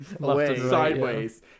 sideways